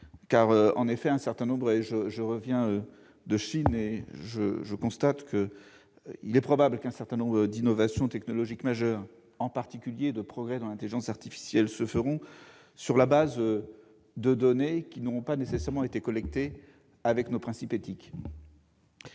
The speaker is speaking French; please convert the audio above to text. aussi être méfiants. Je reviens de Chine, et je constate qu'il est probable qu'un certain nombre d'innovations technologiques majeures, en particulier dans le domaine de l'intelligence artificielle, se feront sur la base de données qui n'auront pas nécessairement été collectées dans le respect de nos principes éthiques.